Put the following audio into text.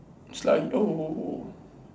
slightly oh